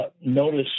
notice